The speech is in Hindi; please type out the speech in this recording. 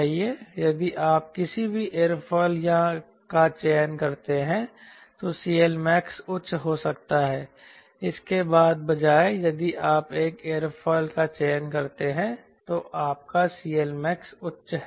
यदि आप किसी भी एयरफॉइल का चयन करते हैं तो CLmax उच्च हो सकता है इसके बजाय यदि आप एक एयरफॉइल का चयन करते हैं तो आपका CLmax उच्च है